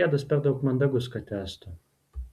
gedas per daug mandagus kad tęstų